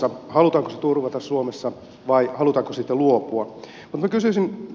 halutaanko se turvata suomessa vai halutaanko siitä luopua